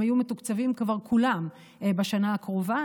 הם היו מתוקצבים כבר כולם בשנה הקרובה.